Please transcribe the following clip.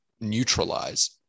neutralize